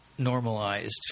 normalized